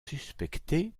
suspecté